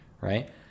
right